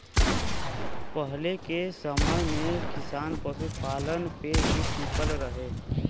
पहिले के समय में किसान पशुपालन पे ही टिकल रहे